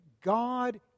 God